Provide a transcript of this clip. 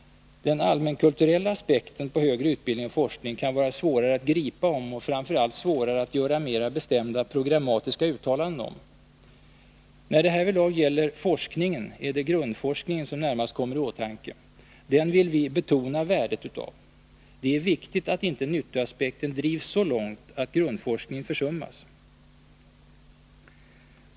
Den allmänkulturella aspekten på högre utbildning och forskning kan vara svårare att gripa om och framför allt svårare att göra mer bestämda programmatiska uttalanden om. När det härvidlag gäller forskningen är det grundforskningen som närmast kommer i åtanke. Vi vill betona värdet av denna. Det är viktigt att inte nyttoaspekten drivs så långt att grundforskningen försummas.